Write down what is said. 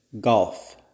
golf